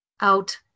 out